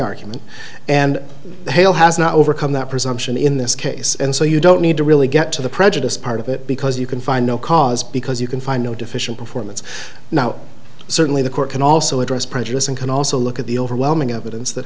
argument and the hail has not overcome that presumption in this case and so you don't need to really get to the prejudice part of it because you can find no cause because you can find no deficient performance now certainly the court can also address prejudice and can also look at the overwhelming evidence that